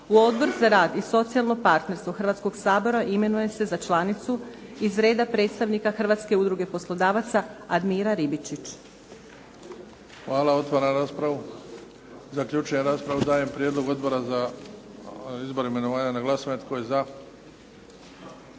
U Odbor za rad i socijalno partnerstvo Hrvatskoga sabora imenuje se za članicu iz reda predstavnika Hrvatske udruge poslodavaca Admira Ribičić. **Bebić, Luka (HDZ)** Hvala. Otvaram raspravu. Zaključujem raspravu. Dajem prijedlog Odbora za izbor i imenovanja na glasovanje. Tko je za?